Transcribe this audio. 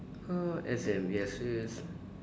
uh as in we have this